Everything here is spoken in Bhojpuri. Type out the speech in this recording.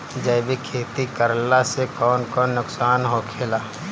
जैविक खेती करला से कौन कौन नुकसान होखेला?